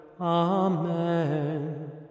Amen